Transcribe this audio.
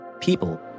people